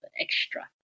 extra